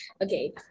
Okay